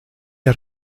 had